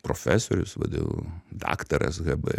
profesorius vdu daktaras hb